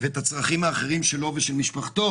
ואת הצרכים האחרים שלו ושל משפחתו.